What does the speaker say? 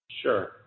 Sure